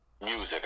music